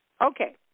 Okay